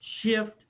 shift